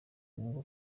ngombwa